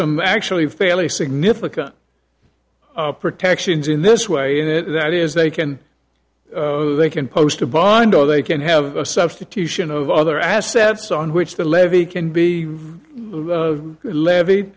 some actually fairly significant protections in this way and it that is they can they can post a bond or they can have a substitution of other assets on which the levy can be